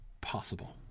possible